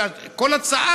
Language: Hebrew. כי כל הצעה,